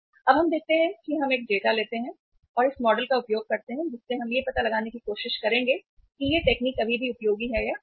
अब हम देखते हैं कि हम एक डेटा लेते हैं और इस मॉडल का उपयोग करते हैं जिसे हम यहां पता लगाने की कोशिश करेंगे कि तकनीक अभी भी उपयोगी है या नहीं